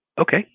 Okay